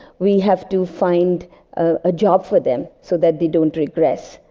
we have to find a job for them so that they don't regress.